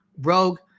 Rogue